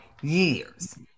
years